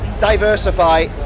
diversify